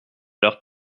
leur